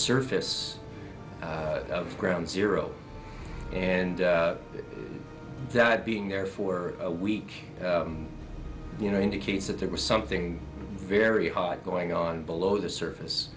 surface of ground zero and that being there for a week you know indicates that there was something very hot going on below the surface